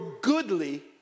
goodly